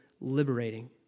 liberating